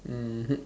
mmhmm